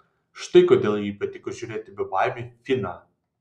štai kodėl jai patiko žiūrėti bebaimį finą